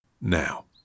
Now